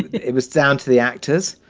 it was down to the actors.